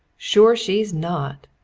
sure she's not!